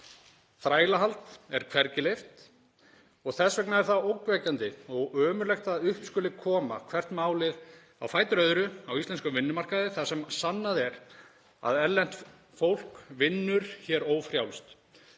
Þrælahald er hvergi leyft. Þess vegna er það ógnvekjandi og ömurlegt að upp skuli koma hvert málið á fætur öðru á íslenskum vinnumarkaði þar sem sannað er að erlent fólk vinnur hér ófrjálst,